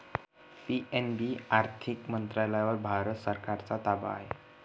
PNB आर्थिक मंत्रालयावर भारत सरकारचा ताबा आहे